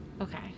Okay